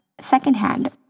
secondhand